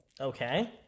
Okay